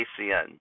ACN